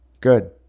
Good